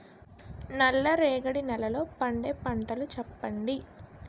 నల్ల రేగడి నెలలో పండే పంటలు చెప్పండి?